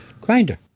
grinder